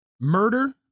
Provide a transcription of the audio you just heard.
murder